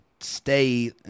stay